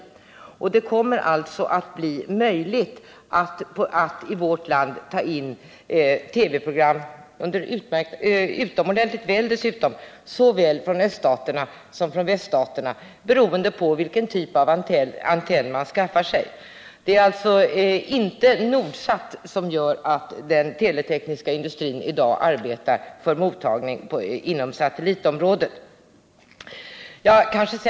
Det Nr 159 kommer alltså att bli möjligt att i vårt land på ett utmärkt sätt ta in Tisdagen den TV-program såväl från öststater som från väststater beroende på vilken typav 29 maj 1979 apparat och antenn man skaffar sig. Det är inte Nordsat som gör att den teletekniska industrin i dag arbetar för mottagning inom satellitområdet.